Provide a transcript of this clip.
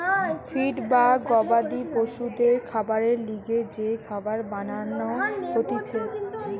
feed বা গবাদি পশুদের খাবারের লিগে যে খাবার বানান হতিছে